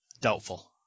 Doubtful